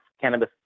cannabis